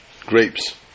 Grapes